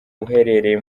uherereye